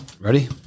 Ready